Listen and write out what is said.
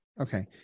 Okay